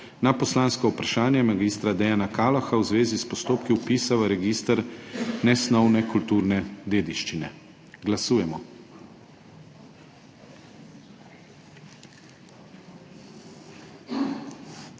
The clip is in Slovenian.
na poslansko vprašanje magistra Dejana Kaloha v zvezi s postopki vpisa v register nesnovne kulturne dediščine. Glasujemo.